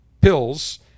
pills